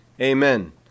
Amen